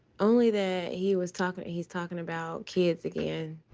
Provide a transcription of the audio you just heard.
only that he was talking he's talking about kids again.